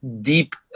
deep